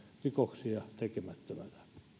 rikoksia tekemättömänä